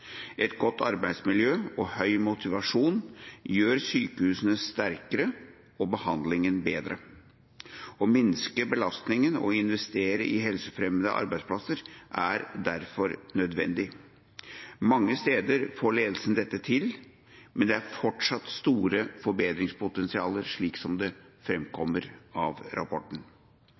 Et godt arbeidsmiljø og høy motivasjon gjør sykehusene sterkere og behandlingen bedre. Å minske belastninger og å investere i helsefremmende arbeidsplasser er derfor nødvendig. Mange steder får ledelsen dette til, men det er fortsatt et stort forbedringspotensial, slik det framkommer av rapporten.